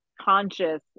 conscious